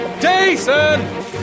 jason